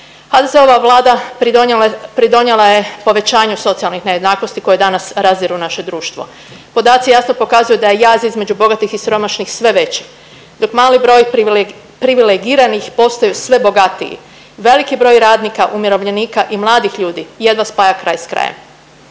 je, pridonijela je povećanju socijalnih nejednakosti koje danas razdiru naše društvo. Podaci jasno pokazuju da je jaz između bogatih i siromašnih sve veći, dok mali broj privileg… privilegiranih postaju sve bogatiji, veliki broj radnika, umirovljenika i mladih ljudi jedva spaja kraj s krajem.